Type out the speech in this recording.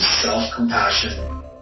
self-compassion